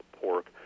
pork